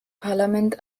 parlament